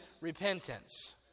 repentance